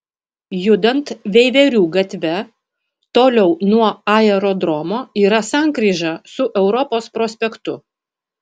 judant veiverių gatve toliau nuo aerodromo yra sankryža su europos prospektu